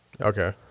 okay